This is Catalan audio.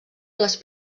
les